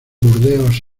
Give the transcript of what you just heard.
burdeos